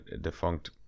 defunct